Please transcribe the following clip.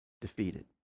defeated